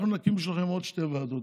אנחנו נקים בשבילכם עוד שתי ועדות.